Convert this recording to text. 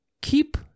keep